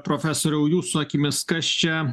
profesoriau jūsų akimis kas čia